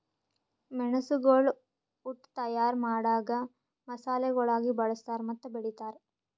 ಮೆಣಸುಗೊಳ್ ಉಟ್ ತೈಯಾರ್ ಮಾಡಾಗ್ ಮಸಾಲೆಗೊಳಾಗಿ ಬಳ್ಸತಾರ್ ಮತ್ತ ಬೆಳಿತಾರ್